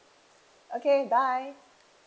okay bye